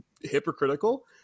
hypocritical